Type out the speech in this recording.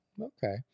okay